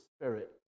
spirit